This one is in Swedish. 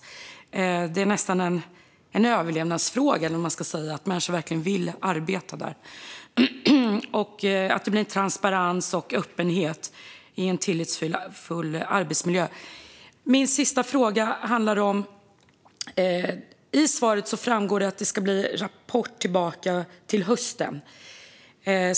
Att människor ska vilja arbeta där är nästan en överlevnadsfråga. Det måste finnas transparens och öppenhet i en tillitsfull arbetsmiljö. Min sista fråga handlar om något som finns i svaret. Det sas att det ska komma en rapport till hösten.